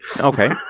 Okay